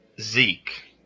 Zeke